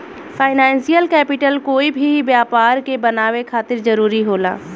financial capital कोई भी व्यापार के बनावे खातिर जरूरी होला